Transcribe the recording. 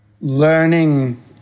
learning